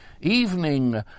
evening